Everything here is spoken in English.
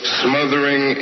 smothering